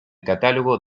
catálogo